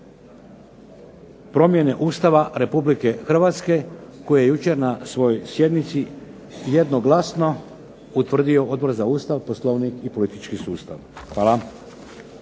promjene Ustava Republike Hrvatske koje je jučer na svojoj sjednici jednoglasno utvrdio Odbor za Ustav, Poslovnik i politički sustav. Hvala.